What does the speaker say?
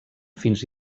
fins